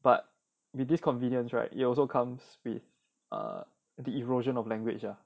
but with this convenience right it also comes with the erosion of language ah